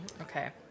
Okay